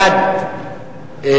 יעני ועדת הכנסת.